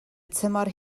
tymor